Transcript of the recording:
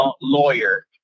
lawyer